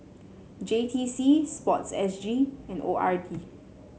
J T C sports S G and O R D